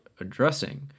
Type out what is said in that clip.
addressing